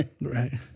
Right